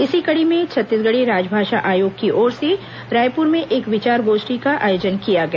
इसी कड़ी में छत्तीसगढ़ी राजभाषा आयोग की ओर से रायपुर में एक विचार गोष्ठी का आयोजन किया गया